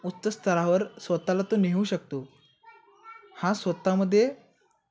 उच्च स्तरावर स्वतःला तो नेऊ शकतो हा स्वतःमध्ये